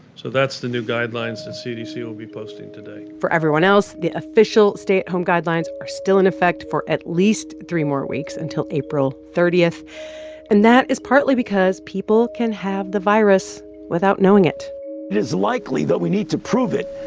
so that's the new guidelines the cdc will be posting today for everyone else, the official stay-at-home guidelines are still in effect for at least three more weeks until april thirty. and that is partly because people can have the virus without knowing it it is likely, though we need to prove it,